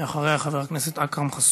ואחריה, חבר הכנסת אכרם חסון.